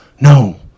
No